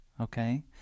okay